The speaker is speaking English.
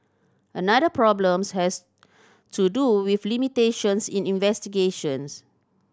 another problems has to do with limitations in investigations